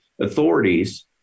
authorities